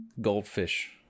goldfish